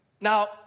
now